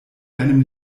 deinem